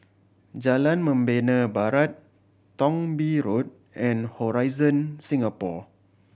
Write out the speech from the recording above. Jalan Membina Barat Thong Bee Road and Horizon Singapore